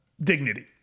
dignity